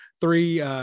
Three